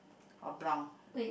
or brown